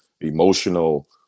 emotional